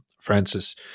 Francis